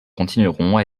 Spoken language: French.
continueront